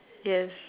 yes